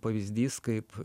pavyzdys kaip